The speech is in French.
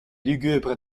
lugubre